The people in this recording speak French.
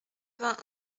vingt